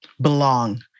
belong